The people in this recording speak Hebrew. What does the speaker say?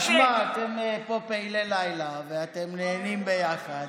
תשמע, אתם פה פעילי לילה ואתם נהנים ביחד.